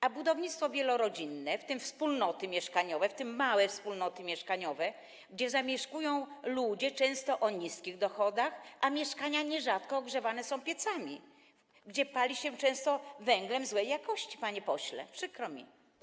A budownictwo wielorodzinne, w tym wspólnoty mieszkaniowe, w tym małe wspólnoty mieszkaniowe, gdzie zamieszkują ludzie często o niskich dochodach, a mieszkania nierzadko ogrzewane są piecami, gdzie pali się często węglem złej jakości, panie pośle, przykro mi?